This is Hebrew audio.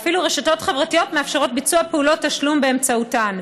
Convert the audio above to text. ואפילו רשתות חברתיות מאפשרות ביצוע פעולות תשלום באמצעותן.